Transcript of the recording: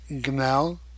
Gamel